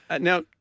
Now